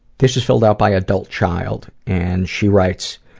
this is filled out by adult child and she writes